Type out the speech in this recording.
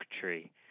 tree